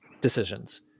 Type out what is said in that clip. decisions